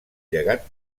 llegat